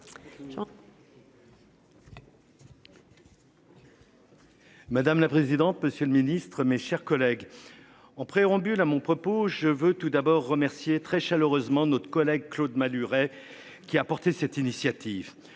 Madame la présidente. Monsieur le Ministre, mes chers collègues, en préambule à mon propos je veux tout d'abord remercier très chaleureusement notre collègue Claude Malhuret, qui a apporté cette initiative.